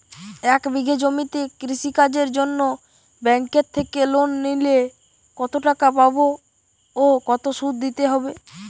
এক বিঘে জমিতে কৃষি কাজের জন্য ব্যাঙ্কের থেকে লোন নিলে কত টাকা পাবো ও কত শুধু দিতে হবে?